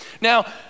Now